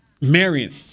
Marion